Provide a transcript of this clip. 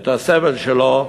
את הסבל שלו,